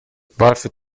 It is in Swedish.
varför